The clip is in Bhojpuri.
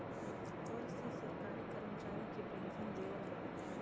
कर से सरकारी करमचारी के पेन्सन देवल जाला